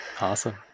awesome